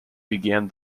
began